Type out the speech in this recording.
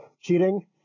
cheating